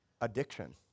addiction